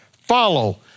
follow